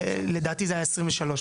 לדעתי זה היה 23,